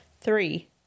Three